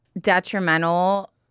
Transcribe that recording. detrimental